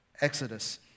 Exodus